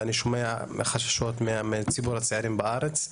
ואני שומע חששות מציבור הצעירים בארץ,